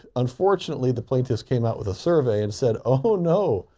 unfortunately the plaintiff's came out with a survey and said, oh no,